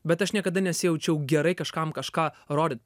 bet aš niekada nesijaučiau gerai kažkam kažką rodyt